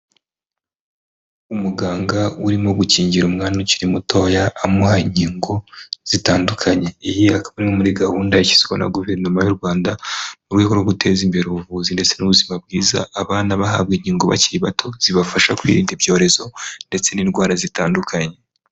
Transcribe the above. Umuganga urimo gukingira umwana ukiri mutoya amuha inkingo zitandukanye, iyi akaba ari imwe muri gahunda yashyizweho na guverinoma y'u Rwanda, mu rwegoho rwo guteza imbere ubuvuzi ndetse n'ubuzima bwiza abana bahabwa inkingo bakiri bato zibafasha kwirinda ibyorezo ndetse n'indwara zitandukanye.